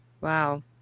Wow